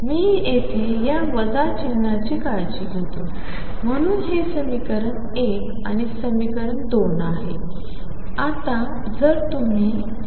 मी येथे या वजा चिन्हाची काळजीघेतो म्हणून हे समीकरण 1 आणि समीकरण 2 आहे